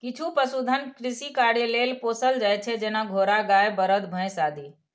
किछु पशुधन कृषि कार्य लेल पोसल जाइ छै, जेना घोड़ा, गाय, बरद, भैंस आदि